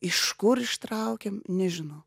iš kur ištraukėm nežinau